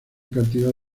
cantidad